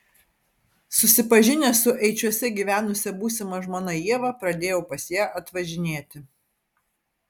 susipažinęs su eičiuose gyvenusia būsima žmona ieva pradėjau pas ją atvažinėti